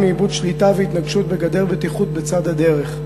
מאיבוד שליטה והתנגשות בגדר בטיחות בצד הדרך.